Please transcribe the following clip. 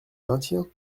maintiens